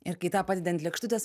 ir kai tą padedi ant lėkštutės